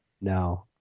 No